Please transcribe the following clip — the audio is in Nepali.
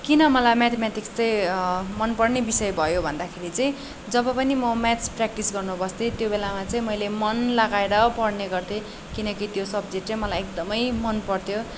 किन मलाई म्याथमेटिक्स चाहिँ मनपर्ने विषय भयो भन्दाखेरि चाहिँ जब पनि म म्याच प्र्याक्टिस गर्न बस्थेँ त्योबेलामा चाहिँ मैले मन लगाएर पढ्ने गर्थेँ किनकि त्यो सब्जेक्ट चाहिँ मलाई एकदमै मनपर्थ्यो